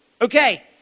Okay